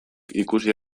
ikusi